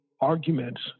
arguments